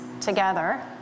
together